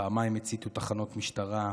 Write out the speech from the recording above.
פעמיים הציתו תחנות משטרה,